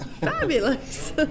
fabulous